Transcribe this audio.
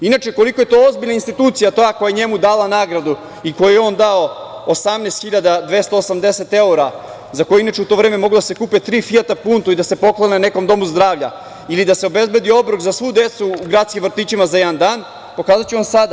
Inače, koliko je to ozbiljna institucija, to koja je njemu dala nagradu i kojoj je on dao 18.280 evra, za koje je inače u to vreme moglo da se kupi tri fijata punto i da se poklone nekom domu zdravlja ili da se obezbedi obrok za svu decu u gradskim vrtićima za jedan dan, pokazaću vam sada.